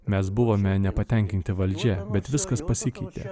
mes buvome nepatenkinti valdžia bet viskas pasikeitė